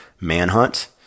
Manhunt